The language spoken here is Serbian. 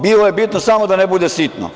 Bilo je bitno samo da ne bude sitno.